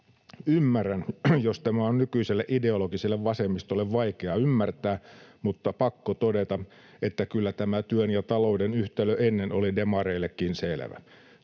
Ymmärrän, jos tämä on nykyiselle ideologiselle vasemmistolle vaikeaa ymmärtää, mutta pakko todeta, että kyllä tämä työn ja talouden yhtälö ennen oli demareillekin selvä.